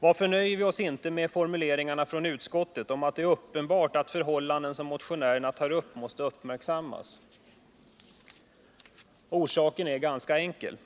Varför nöjer vi oss då inte med formuleringarna i utskottet om att det är uppenbart att de förhållanden som motionärerna tar upp måste uppmärksammas? Orsaken är ganska enkel.